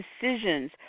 decisions